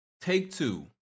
Take-Two